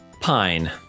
Pine